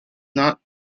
not